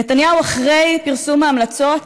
נתניהו אחרי פרסום ההמלצות